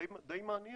די מעניין.